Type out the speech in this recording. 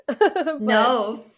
No